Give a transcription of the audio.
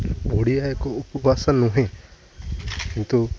ଓଡ଼ିଆ ଏକ ଉପଭାଷା ନୁହେଁ କିନ୍ତୁ